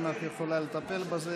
אם את יכולה לטפל בזה.